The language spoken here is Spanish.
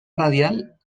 radial